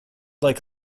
like